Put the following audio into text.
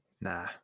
Nah